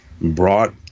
brought